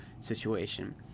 situation